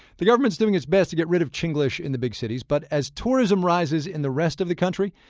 the government's doing its best to get rid of chinglish in the big cities, but as tourism rises in the rest of the country,